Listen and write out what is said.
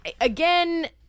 Again